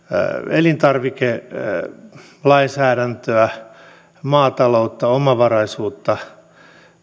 elintarvikelainsäädäntöä maataloutta omavaraisuutta